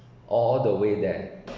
all the way there